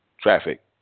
traffic